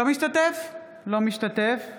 אינו משתתף בהצבעה